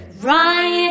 Riot